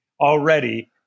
already